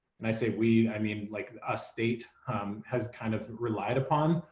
and i say we i mean like a state has kind of relied upon.